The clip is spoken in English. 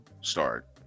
start